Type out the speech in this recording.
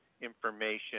information